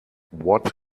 what